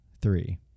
three